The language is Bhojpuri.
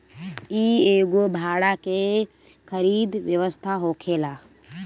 इ एगो भाड़ा के खरीद व्यवस्था होखेला